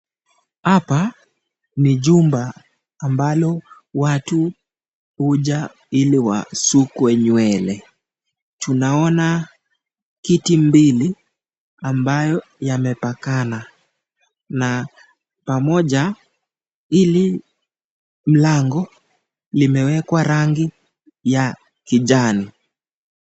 Hapa ni jumba ambalo watu hukuja ili wasukwe nywele, tunaona kiti mbili ambayo yamepakana na pamoja hili mlango limewekwa rangi ya kijani.